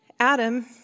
Adam